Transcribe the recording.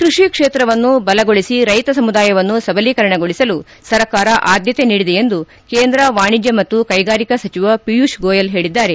ಕ್ಕಷಿ ಕ್ಷೇತ್ರವನ್ನು ಬಲಗೊಳಿಸಿ ರೈತ ಸಮುದಾಯವನ್ನು ಸಬಲೀಕರಣಗೊಳಿಸಲು ಸರ್ಕಾರ ಆದ್ದತೆ ನೀಡಿದೆ ಎಂದು ಕೇಂದ್ರ ವಾಣಿಜ್ಯ ಮತ್ತು ಕೈಗಾರಿಕಾ ಸಚಿವ ಪಿಯೂಷ್ ಗೋಯಲ್ ಹೇಳದ್ದಾರೆ